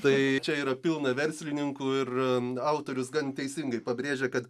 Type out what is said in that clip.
tai čia yra pilna verslininkų ir autorius gan teisingai pabrėžia kad